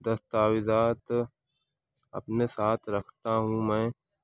دستاویزات اپنے ساتھ رکھتا ہوں میں